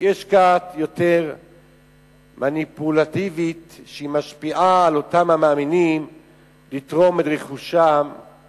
מתחת לפני השטח כדי לגלות שהמקרה של רצון הוא לא המקרה היחיד בישראל.